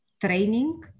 training